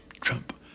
Trump